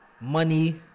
money